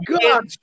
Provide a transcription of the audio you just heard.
God